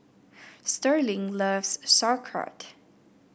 Sterling loves Sauerkraut